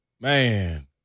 Man